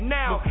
now